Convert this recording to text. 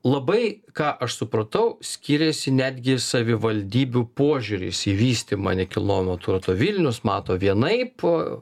labai ką aš supratau skyrėsi netgi savivaldybių požiūris į vystymą nekilnojamo turto vilnius mato vienaip p